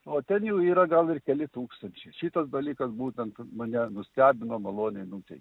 o ten jų yra gal ir keli tūkstančiai šitas dalykas būtent mane nustebino maloniai nutei